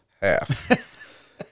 half